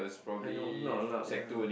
I know not allowed ya